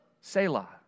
Selah